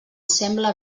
sembla